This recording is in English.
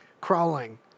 crawling